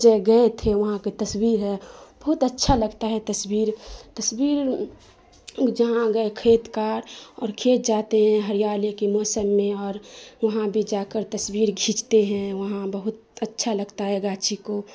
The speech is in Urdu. جگہ گئے تھے وہاں کی تصویر ہے بہت اچھا لگتا ہے تصویر تصویر جہاں گئے کھیت کا اور کھیت جاتے ہیں ہریالی کے موسم میں اور وہاں بھی جا کر تصویر کھینچتے ہیں وہاں بہت اچھا لگتا ہے گاچھی کو